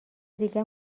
دیگر